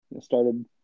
started